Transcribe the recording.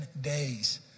days